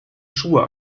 schuhe